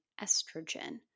estrogen